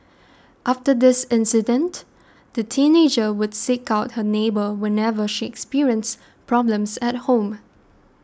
after this incident the teenager would seek out her neighbour whenever she experienced problems at home